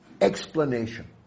explanation